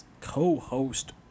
co-host